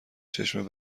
چشم